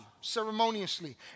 ceremoniously